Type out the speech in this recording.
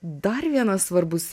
dar vienas svarbus